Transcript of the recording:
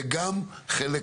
זה גם חלק